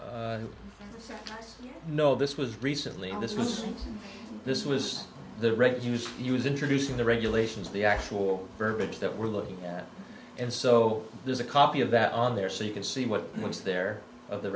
know this was recently and this was this was the refuse to use introducing the regulations the actual verbiage that we're looking at and so there's a copy of that on there so you can see what was there of the